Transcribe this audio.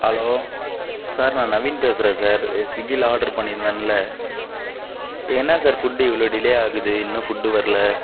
allow sir நான் நவீன் பேசுகிறேன் sir ஸ்விக்கியில் ஆர்டரு பண்ணியிருந்தேன்ல என்ன சார் ஃபுட்டு இவ்வளோ டிலே ஆகுது இன்னும் ஃபுட்டு வரல